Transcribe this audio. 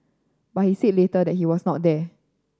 but he said later that he was not there